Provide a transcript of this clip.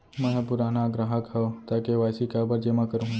मैं ह पुराना ग्राहक हव त के.वाई.सी काबर जेमा करहुं?